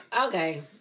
Okay